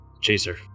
Chaser